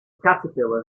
caterpillar